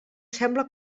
sembla